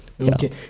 okay